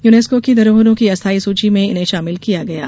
UNESCO की धरोहरों की अस्थायी सूची में इन्हें शामिल किया गया है